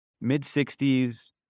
mid-60s